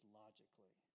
logically